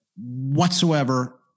whatsoever